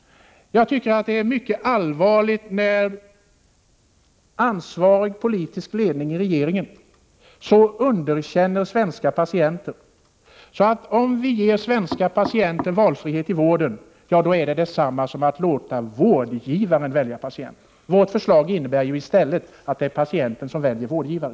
Jag tycker att det är mycket allvarligt när ansvarig politisk ledning i regeringen så underkänner svenska patienter att man hävdar att om vi ger patienterna valfrihet i vården är detta detsamma som att låta vårdgivaren välja patient. Vårt förslag innebär ju i stället att det är patienten som väljer vårdgivare.